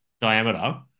diameter